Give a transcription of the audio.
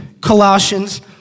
Colossians